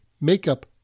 makeup